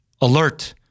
alert